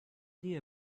idea